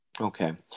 Okay